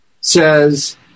says